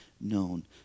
known